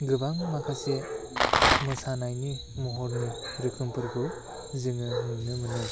गोबां माखासे मोसानायनि महरनि रोखोमफोरखौ जोङो नुनो मोनो